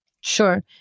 sure